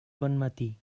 bonmatí